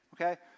okay